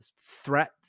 threat